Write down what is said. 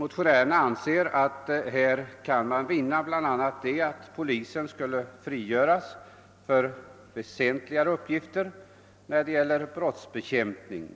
Motionärerna anser att man skulle kunna vinna bl.a. att polisen skulle frigöras för väsentligare uppgifter när det gäller brottsbekämpning.